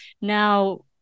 now